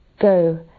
Go